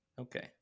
Okay